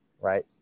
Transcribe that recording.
Right